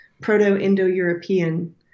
Proto-Indo-European